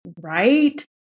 right